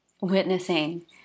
Witnessing